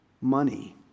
money